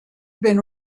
been